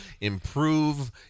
improve